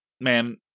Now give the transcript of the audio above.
man